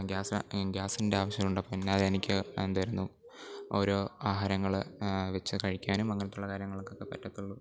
gas അയ് ഗ്യാസിൻ്റെ ആവശ്യമുണ്ട് പിന്നെ അത് എനിക്ക് ആ എന്തായിരുന്നു ഓരോ ആഹാരങ്ങൾ വച്ച് കഴിക്കാനും അങ്ങനെയുള്ള കാര്യങ്ങൾകൊക്കെ പറ്റത്തുള്ളു